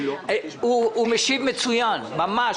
הוא משיב מצוין, ממש.